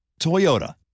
Toyota